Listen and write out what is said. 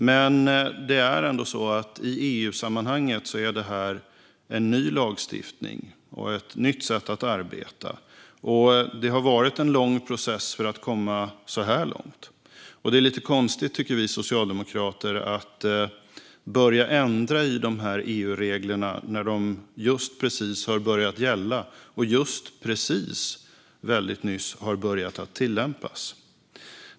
Men i EU-sammanhang är detta en ny lagstiftning och ett nytt sätt att arbeta, och det har varit en lång process för att komma så här långt. Vi socialdemokrater tycker att det är lite konstigt att börja ändra i dessa EU-regler när de precis har börjat gälla och när de väldigt nyss har börjat tillämpas.